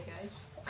guys